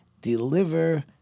deliver